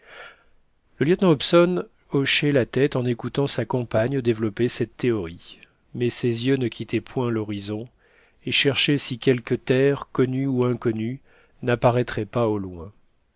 le lieutenant hobson hochait la tête en écoutant sa compagne développer cette théorie mais ses yeux ne quittaient point l'horizon et cherchaient si quelque terre connue ou inconnue n'apparaîtrait pas au loin